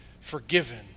forgiven